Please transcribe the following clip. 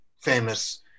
famous